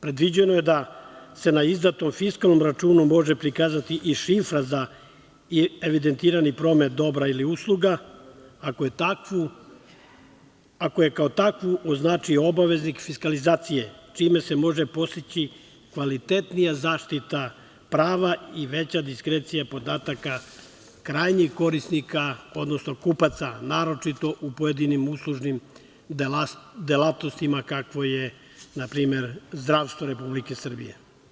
Predviđeno je da se na izdatom fiskalnom računu može prikazati i šifra za evidentirani promet dobra ili usluga, ako je kao takvu znači obaveznik fiskalizacije čime se može postići kvalitetnija zaštita prva i veća diskrecija podataka krajnjih korisnika, odnosno kupaca, naročito u pojedinim uslužnim delatnostima kako je npr. zdravstvo Republike Srbije.